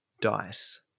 dice